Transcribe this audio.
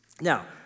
Now